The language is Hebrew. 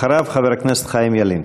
אחריו, חבר הכנסת חיים ילין.